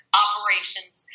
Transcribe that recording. operations